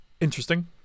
interesting